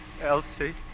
Elsie